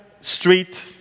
Street